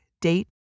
date